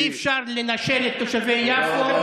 אי-אפשר לנשל את תושבי יפו,